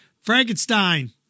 Frankenstein